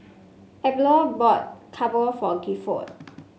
Adolph bought Dhokla for Gifford